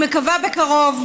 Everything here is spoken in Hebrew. אני מקווה שבקרוב.